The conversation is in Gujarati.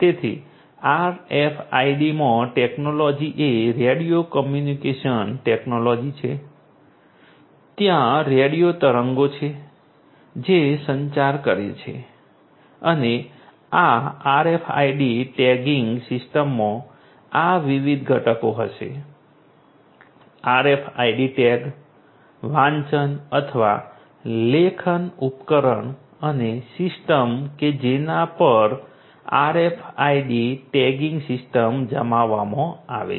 તેથી RFID માં ટેક્નોલોજી એ રેડિયો કમ્યુનિકેશન ટેક્નોલોજી છે તેથી ત્યાં રેડિયો તરંગો છે જે સંચાર કરે છે અને આ RFID ટેગિંગ સિસ્ટમમાં આ વિવિધ ઘટકો હશે RFID ટેગ વાંચન અથવા લેખન ઉપકરણ અને સિસ્ટમ કે જેના પર RFID ટેગિંગ સિસ્ટમ જમાવવામાં આવે છે